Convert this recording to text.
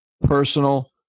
personal